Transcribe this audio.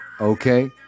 Okay